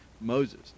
Moses